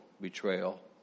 Betrayal